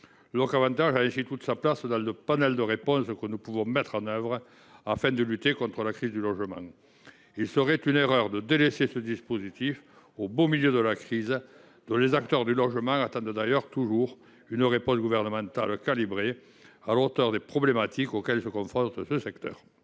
Loc’Avantages a toute sa place dans le panel de réponses que nous pouvons mettre en œuvre afin de lutter contre la crise du logement. Ce serait une erreur de délaisser ce dispositif au beau milieu de la crise, alors que les acteurs du logement attendent toujours une réponse gouvernementale qui soit calibrée à la hauteur des problématiques auxquelles est confronté ce secteur.